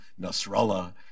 Nasrallah